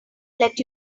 let